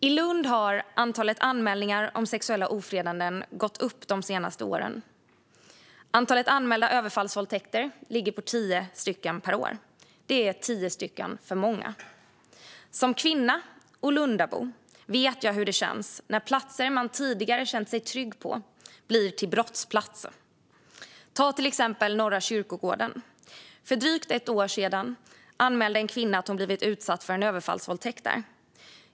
I Lund har antalet anmälningar om sexuella ofredanden gått upp de senaste åren. Antalet anmälda överfallsvåldtäkter ligger på tio per år. Det är tio för många. Som kvinna, och Lundabo, vet jag hur det känns när platser man tidigare känt sig trygg på blir till brottsplatser. Ta till exempel Norra kyrkogården. För drygt ett år sedan anmälde en kvinna att hon hade blivit utsatt för en överfallsvåldtäkt där.